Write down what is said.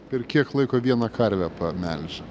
per kiek laiko vieną karvę pamelži